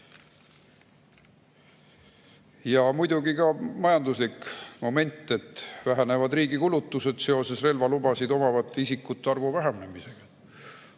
Ja muidugi ka majanduslik moment: vähenevad riigi kulutused seoses relvalubasid omavate isikute arvu vähenemisega.